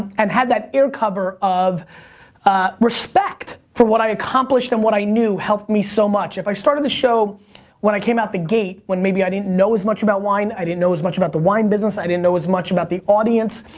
and had that air cover of respect for what i accomplished and what i knew, helped me so much. if i started the show when i came out the gate, when maybe i didn't know as much about wine, i didn't know as much about the wine business, i didn't know as much about the audience,